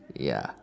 ya